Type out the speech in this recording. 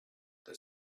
the